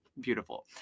Beautiful